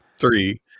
three